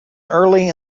early